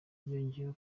yongeyeho